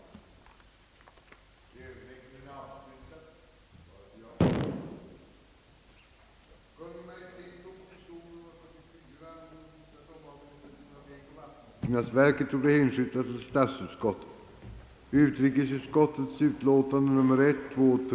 Herr talmannen yttrade, att han i anslutning till de nu föredragna skrivelserna finge tillkännagiva, att enligt överenskommelse med statsrådet fru Myrdal meddelandet om Sveriges utrikespolitik komme att lämnas vid morgondagens sammanträde samt att meddelandet angående Sveriges handelspolitik enligt överenskommelse med herr statsrådet Wickman komme att lämnas vid kammarens sammanträde fredagen den 10 mars.